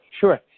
Sure